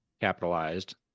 capitalized